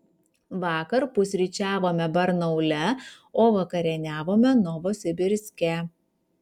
vakar pusryčiavome barnaule o vakarieniavome novosibirske